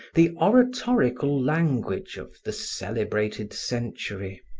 the oratorical language of the celebrated century.